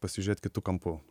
pasižiūrėt kitu kampu